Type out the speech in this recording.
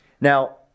Now